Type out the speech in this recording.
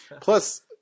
Plus